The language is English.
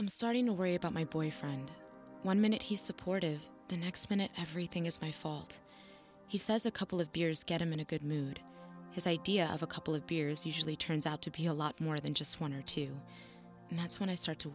i'm starting to worry about my boy find one minute he's supportive the next minute everything is my fault he says a couple of beers get him in a good mood his idea of a couple of beers usually turns out to be a lot more than just one or two and that's when i start to